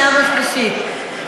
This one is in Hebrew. לקריאה שנייה ולקריאה שלישית,